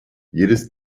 jedes